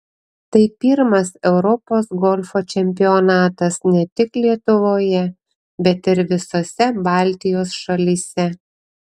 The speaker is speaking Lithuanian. tai pirmas europos golfo čempionatas ne tik lietuvoje bet ir visose baltijos šalyse